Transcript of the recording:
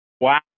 Wow